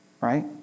Right